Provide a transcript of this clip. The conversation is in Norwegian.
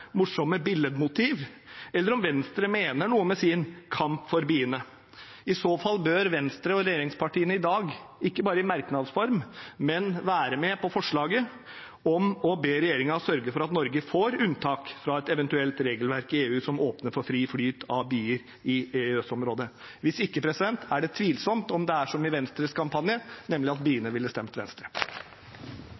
eller om Venstre mener noe med sin kamp for biene. I så fall bør Venstre og regjeringspartiene i dag, og ikke bare i merknads form, være med på forslaget om å be regjeringen sørge for at Norge får unntak fra et eventuelt regelverk i EU som åpner for fri flyt av bier i EØS-området. Hvis ikke er det tvilsomt om det er som i Venstres kampanje, nemlig at